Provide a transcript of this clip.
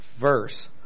verse